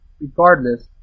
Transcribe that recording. regardless